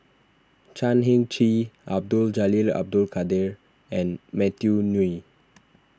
Chan Heng Chee Abdul Jalil Abdul Kadir and Matthew Ngui